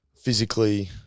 physically